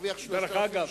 ומרוויח 3,000 שקל,